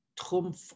Trump